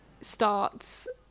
starts